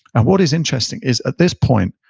and what is interesting is at this point,